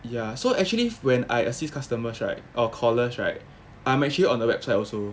ya so actually when I assist customers right or callers right I'm actually on the website also